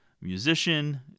Musician